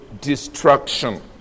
destruction